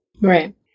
Right